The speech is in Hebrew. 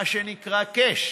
מה שנקרא cash,